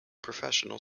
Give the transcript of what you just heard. professional